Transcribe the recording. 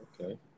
okay